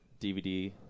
DVD